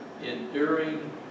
enduring